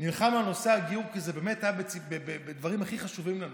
כי זה באמת היה בדברים הכי חשובים לנו.